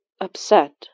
Upset